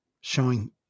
showing